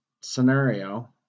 scenario